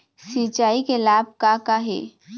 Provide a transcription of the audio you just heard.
सिचाई के लाभ का का हे?